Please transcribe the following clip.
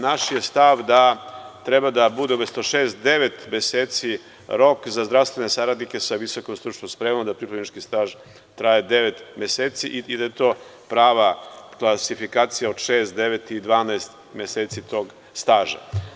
Naš je stav da treba da bude, umesto šest, devet meseci rok za zdravstvene saradnike sa visokom stručnom spremom, da pripravnički staž traje devet meseci i da je to prava klasifikacija od šest, devet i dvanaest meseci tog staža.